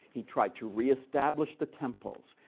he tried to reestablish the temples.